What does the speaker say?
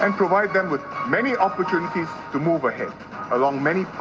and provide them with many opportunities to move ahead along many